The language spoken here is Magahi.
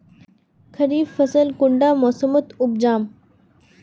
खरीफ फसल कुंडा मोसमोत उपजाम?